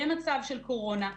במצב של קורונה,